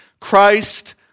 Christ